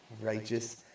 Righteous